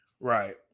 Right